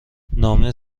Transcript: نامههای